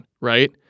right